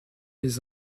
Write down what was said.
les